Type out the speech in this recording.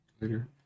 later